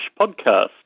podcast